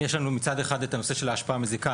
יש לנו מצד אחד נושא ההשפעה המזיקה,